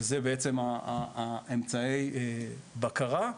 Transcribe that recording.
אלו בעצם אמצעי הבקרה.